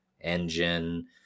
engine